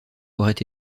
auraient